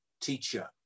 teacher